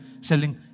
selling